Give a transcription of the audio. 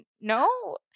no